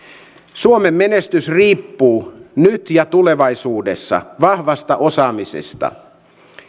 suomen menestys riippuu nyt ja tulevaisuudessa vahvasta osaamisesta